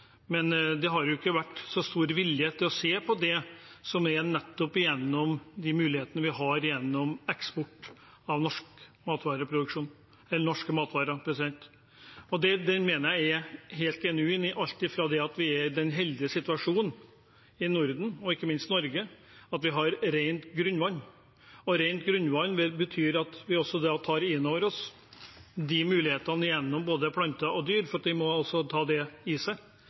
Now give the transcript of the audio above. men det har ikke vært så stor vilje til å se på nettopp de mulighetene vi har gjennom eksport av norske matvarer. Den mener jeg er helt genuin. Vi er i den heldige situasjon i Norden og ikke minst Norge at vi har rent grunnvann. Rent grunnvann betyr at vi også tar innover oss mulighetene gjennom både planter og dyr, for vi må altså ta det i